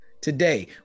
Today